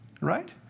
Right